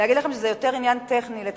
אגיד לכם שזה יותר עניין טכני, לתקן.